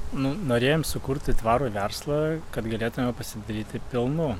nu norėjom sukurti tvarų verslą kad galėtume pasidalyti pelnu